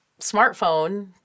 smartphone